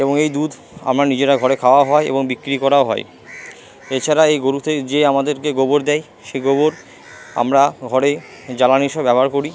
এবংএই দুধ আমরা নিজেরা ঘরে খাওয়া হয় এবং বিক্রি করা হয় এছাড়া এই গরুতে যে আমাদেরকে গোবর দেয় সেই গোবর আমরা ঘরে জ্বালানি হিসাবে ব্যবহার করি